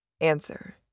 Answer